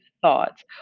thoughts